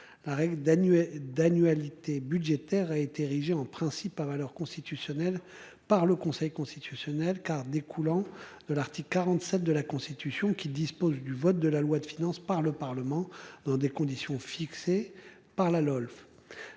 d'annuaires d'annualité budgétaire a été érigé en principe par leur constitutionnelle par le Conseil constitutionnel car découlant de l'article 47 de la Constitution qui dispose du vote de la loi de finances par le Parlement dans des conditions fixées par la LOLF.